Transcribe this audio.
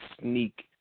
sneak